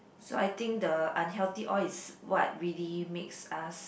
so I think the unhealthy oil is what really makes us